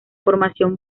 formación